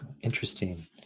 interesting